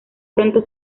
pronto